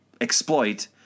exploit